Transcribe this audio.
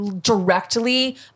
directly